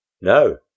No